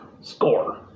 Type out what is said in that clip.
Score